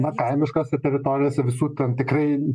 na kaimiškose teritorijose visr ten tikrai